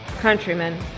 countrymen